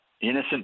innocent